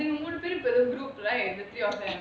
மூணு பேரு:moonu peru leh right the three of them